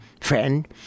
friend